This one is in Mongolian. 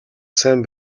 сайн